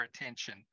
attention